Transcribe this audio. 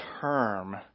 term